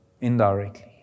indirectly